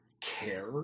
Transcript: care